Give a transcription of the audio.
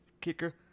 kicker